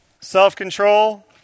Self-control